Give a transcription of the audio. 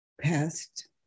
past